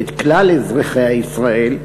ואת כלל אזרחי ישראל,